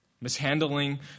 Mishandling